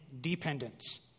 dependence